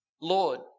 Lord